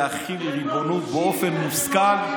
להחיל ריבונות באופן מוסכם,